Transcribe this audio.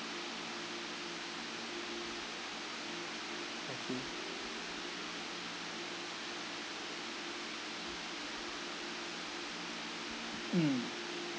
happy mm